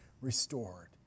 restored